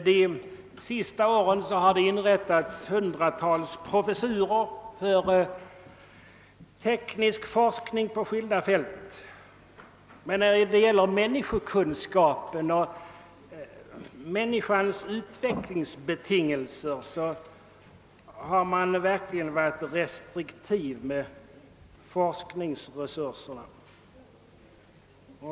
De senaste åren har det inrättats hundratals professurer för teknisk forskning på skilda fält. Men när det gäller människokunskapen och människornas utvecklingsbetingelser har man verkligen varit restriktiv med forskningsresurserna.